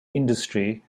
industry